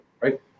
right